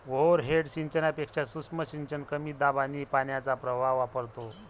overhead सिंचनापेक्षा सूक्ष्म सिंचन कमी दाब आणि पाण्याचा प्रवाह वापरतो